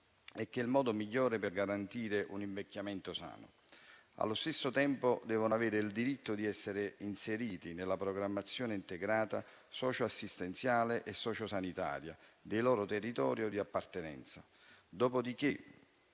che è il modo migliore per garantire un invecchiamento sano. Allo stesso tempo, devono avere il diritto di essere inseriti nella programmazione integrata socioassistenziale e sociosanitaria nel loro territorio di appartenenza.